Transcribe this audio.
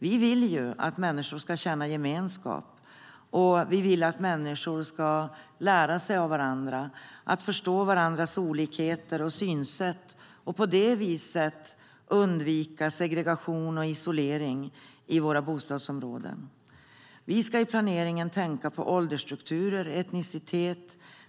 Vi vill att människor ska känna gemenskap och vi vill att människor ska lära sig av varandra och förstå varandras olikheter och synsätt för att på det viset undvika segregation och isolering i våra bostadsområden. Vi ska i planeringen tänka på åldersstrukturer och etnicitet.